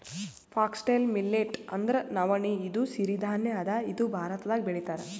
foxtail millet ಅಂದ್ರ ನವಣಿ ಇದು ಸಿರಿ ಧಾನ್ಯ ಅದಾ ಇದು ಭಾರತ್ದಾಗ್ ಬೆಳಿತಾರ್